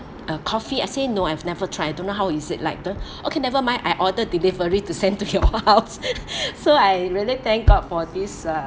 uh coffee I say no I've never tried don't know how is it like uh okay never mind I order delivery to send to your house so I really thank god for this uh